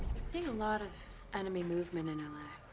seeing a lot of enemy movement in l ah